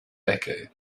decade